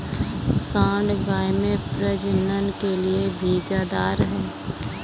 सांड गाय में प्रजनन के लिए भागीदार है